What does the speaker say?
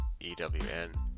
EWN